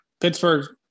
Pittsburgh